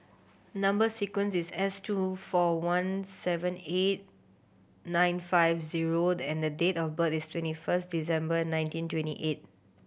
number sequence is S two four one seven eight nine five zero and date of birth is twenty first December nineteen twenty eight